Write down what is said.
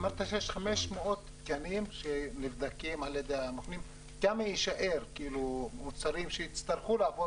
אמרת שיש 500 תקנים שנבדקים על ידי --- כמה מוצרים שיצטרכו לעבור